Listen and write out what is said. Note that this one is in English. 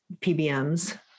PBMs